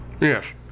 yes